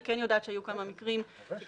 אני כן יודעת שהיו כמה מקרים שככל